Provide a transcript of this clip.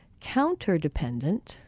counterdependent